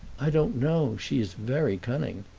i don't know she is very cunning.